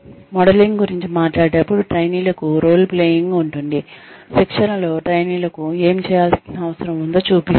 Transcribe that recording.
modelling గురించి మాట్లాడేటప్పుడు ట్రైనీలకు రోల్ ప్లేయింగ్ ఉంటుంది శిక్షణలో ట్రైనీలకు ఏమి చేయాల్సిన అవసరం ఉందో చూపిస్తారు